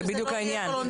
זה בדיוק העניין.